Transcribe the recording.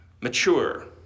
mature